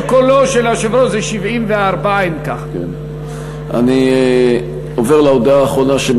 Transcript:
כולל קולו של היושב-ראש זה 74. אני עובר להודעה האחרונה,